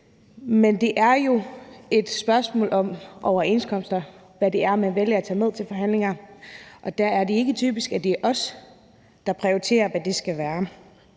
Men det er jo et spørgsmål om overenskomster, altså hvad det er, man vælger at tage med til forhandlinger. Der er det ikke typisk, at det er os, der prioriterer, hvad det skal være.